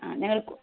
ആ ഞങ്ങൾ